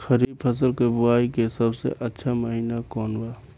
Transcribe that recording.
खरीफ फसल के बोआई के सबसे अच्छा महिना कौन बा?